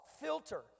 Filter